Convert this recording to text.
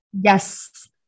Yes